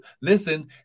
listen